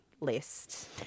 list